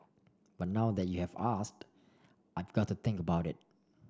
but now that you have asked I've got to think about it